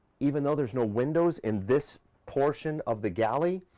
even though there's no windows in this portion of the galley,